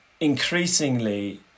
increasingly